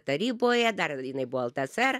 taryboje dar jinai buvo ltsr